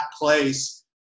place